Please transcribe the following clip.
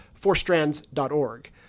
fourstrands.org